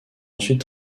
ensuite